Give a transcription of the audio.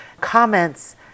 comments